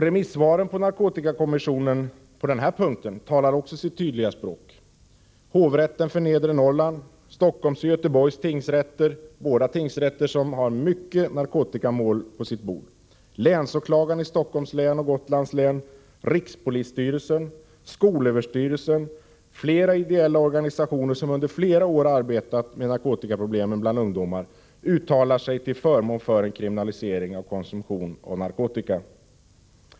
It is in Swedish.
Remissvaren till narkotikakommissionen på denna punkt talar också sitt tydliga språk. Hovrätten för Nedre Norrland, Stockholms och Göteborgs tingsrätter — båda tingsrätter som har många narkotikamål på sitt bord —, länsåklagaren i Stockholms län och Gotlands län, rikspolisstyrelsen, skolöverstyrelsen samt flera ideella organisationer, som under många år har arbetat med narkotikaproblemen bland ungdomar, uttalar sig till förmån för en kriminalisering av konsumtion av narkotika.